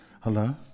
Hello